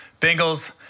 Bengals